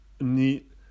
neat